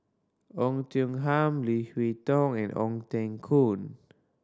Oei Tiong Ham Leo Hee Tong and Ong Teng Koon